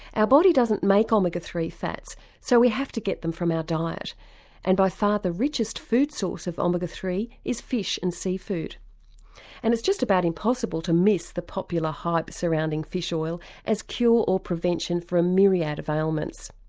our body doesn't make omega three fats so we have to get them from our diet and by far the richest food source of omega three is fish and sea sea food and it's just about impossible to miss the popular hype surrounding fish oil as cure or prevention for a myriad of ailments.